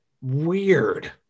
weird